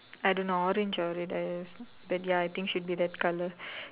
I don't know orange or red ah ya that ya I think should be that colour